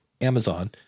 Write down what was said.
Amazon